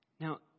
Now